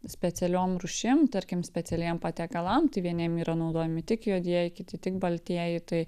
specialiom rūšim tarkim specialiem patiekalam tai vieniem yra naudojami tik juodieji kiti tik baltieji tai